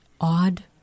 odd